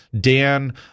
Dan